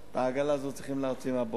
מהבוץ.